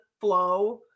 flow